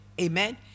Amen